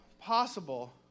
possible